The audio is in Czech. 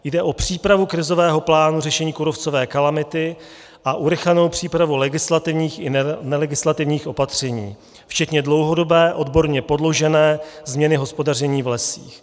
Jde o přípravu krizového plánu řešení kůrovcové kalamity a urychlenou přípravu legislativních i nelegislativních opatření včetně dlouhodobé, odborně podložené změny hospodaření v lesích.